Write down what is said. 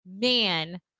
Man